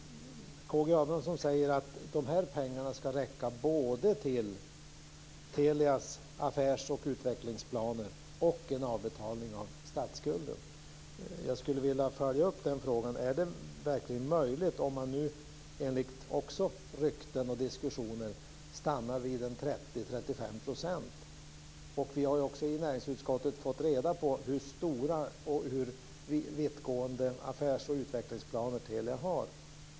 K G Abramsson säger att de här pengarna ska räcka både till Telias affärs och utvecklingsplaner och en avbetalning av statsskulden. Jag skulle vilja följa upp den frågan. Är det verkligen möjligt om man, också enligt rykten och diskussioner, stannar vid 30-35 %? Vi har också i näringsutskottet fått reda på hur stora och vittgående affärsoch utvecklingsplaner Telia har.